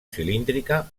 cilíndrica